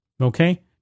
okay